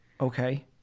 Okay